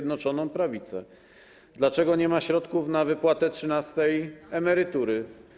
Dlaczego nie ma środków na wypłatę trzynastej emerytury?